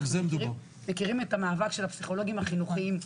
אנחנו מכירים את המאבק של הפסיכולוגים החינוכיים,